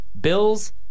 Bills